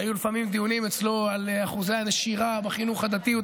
היו לפעמים דיונים אצלו על אחוזי הנשירה בחינוך הדתי.